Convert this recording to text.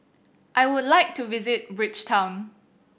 I would like to visit Bridgetown